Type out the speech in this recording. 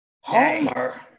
Homer